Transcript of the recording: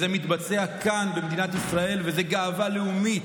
זה מתבצע כאן במדינת ישראל, וזו גאווה לאומית,